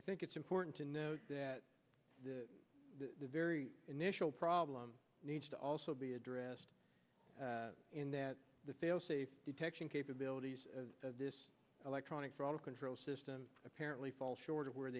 i think it's important to note that the very initial problem needs to also be addressed in that the failsafe detection capabilities of this electronic throttle control system apparently fall short of where